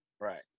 Right